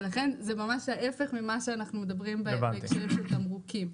ולכן זה ממש ההיפך ממה שאנחנו מדברים בהקשר של תמרוקים.